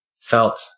felt